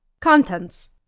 Contents